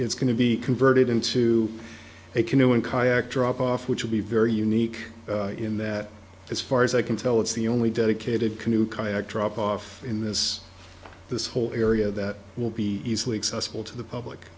's going to be converted into to a canoe and kayak drop off which would be very unique in that as far as i can tell it's the only dedicated canoe kayak drop off in this this whole area that will be easily accessible to the public